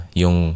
yung